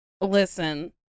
Listen